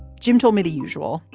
jim told me the usual.